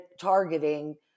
targeting